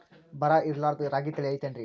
ಬರ ಇರಲಾರದ್ ರಾಗಿ ತಳಿ ಐತೇನ್ರಿ?